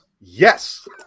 Yes